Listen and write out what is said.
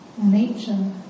nature